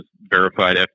verified